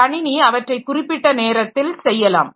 கணினி அவற்றை குறிப்பிட்ட நேரத்தில் செய்யலாம்